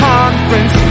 Conference